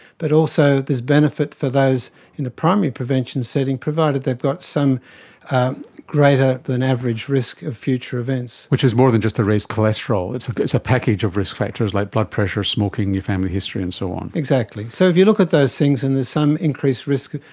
but also there's benefit for those in the primary prevention setting, provided they've got some greater than average risk of future events. which is more than just to raise cholesterol, it's a package of risk factors, like blood pressure, smoking, your family history and so on. exactly. so if you look at those things and there's some increased risk,